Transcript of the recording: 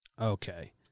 Okay